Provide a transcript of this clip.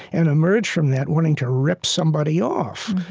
and emerge from that wanting to rip somebody off.